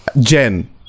Jen